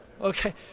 Okay